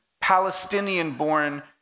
Palestinian-born